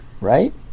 right